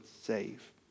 save